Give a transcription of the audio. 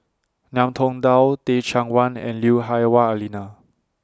Ngiam Tong Dow Teh Cheang Wan and Lui Hah Wah Elena